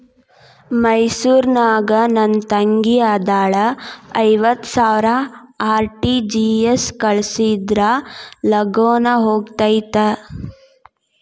ಮೈಸೂರ್ ನಾಗ ನನ್ ತಂಗಿ ಅದಾಳ ಐವತ್ ಸಾವಿರ ಆರ್.ಟಿ.ಜಿ.ಎಸ್ ಕಳ್ಸಿದ್ರಾ ಲಗೂನ ಹೋಗತೈತ?